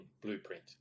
blueprint